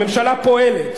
הממשלה פועלת.